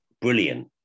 brilliant